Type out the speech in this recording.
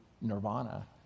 nirvana